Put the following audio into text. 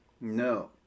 No